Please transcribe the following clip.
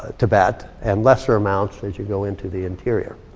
tibet, and lesser amounts as you go into the interior.